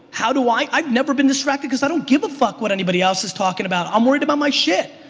how do i? i've never been distracted because i don't give a fuck what anybody else is talking about. i'm worried about my shit.